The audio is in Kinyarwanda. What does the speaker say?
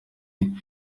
ari